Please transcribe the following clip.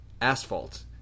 asphalt